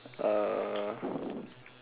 uh